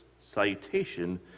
salutation